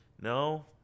No